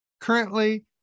Currently